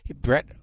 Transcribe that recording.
brett